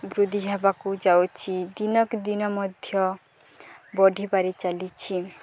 ବୃଦ୍ଧି ହେବାକୁ ଯାଉଛି ଦିନକୁ ଦିନ ମଧ୍ୟ ବଢ଼ିବାରେ ଚାଲିଛି